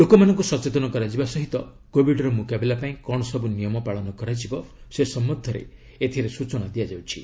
ଲୋକମାନଙ୍କୁ ସଚେତନ କରାଯିବା ସହିତ କୋବିଡର ମୁକାବିଲା ପାଇଁ କ'ଣ ସବୁ ନିୟମ ପାଳନ କରାଯିବ ସେ ସମ୍ଭନ୍ଧରେ ଏଥିରେ ସ୍ବଚନା ଦିଆଯାଉଛି